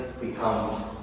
becomes